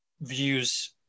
views